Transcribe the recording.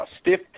stiff